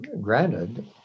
granted